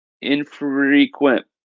infrequent